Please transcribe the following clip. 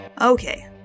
Okay